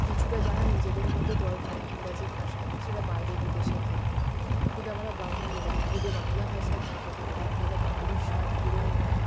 কিছুটা জানা নিজেদের মধ্যে দরকার ইংরাজি ভাষা সেটা বাইরে বিদেশের ক্ষেত্রে কিন্তু আমরা বাঙালিরা যদি বাংলা ভাষায় না কথা বলি তাহলে বাঙালির স্বাদ পূরণই হয় না